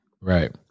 Right